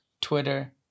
twitter